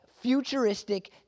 futuristic